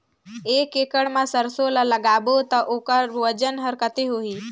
एक एकड़ मा सरसो ला लगाबो ता ओकर वजन हर कते होही?